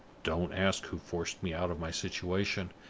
don't ask who forced me out of my situation,